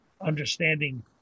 understanding